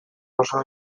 osoa